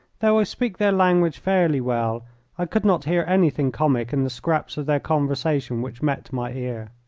though i speak their language fairly well i could not hear anything comic in the scraps of their conversation which met my ear.